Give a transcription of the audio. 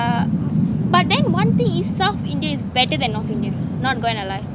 uh but then one thing is south india is better than north india not going to lie